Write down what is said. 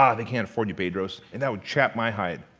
ah they can't afford you bedros. and that would chap my hide.